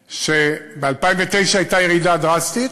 ב-2009 הייתה ירידה דרסטית,